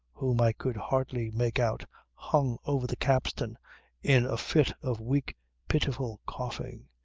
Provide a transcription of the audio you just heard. whom i could hardly make out hung over the capstan in a fit of weak pitiful coughing.